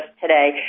today